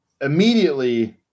immediately